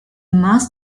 must